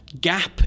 gap